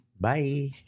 Bye